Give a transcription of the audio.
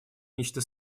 нечто